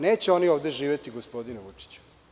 Neće oni ovde živeti, gospodine Vučiću.